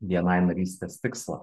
bni narystės tikslą